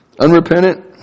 unrepentant